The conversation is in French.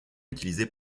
utilisée